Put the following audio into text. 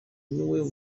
niwo